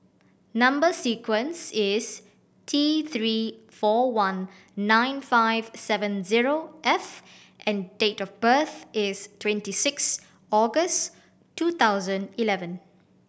number sequence is T Three four one nine five seven zero F and date of birth is twenty six August two thousand eleven